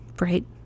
right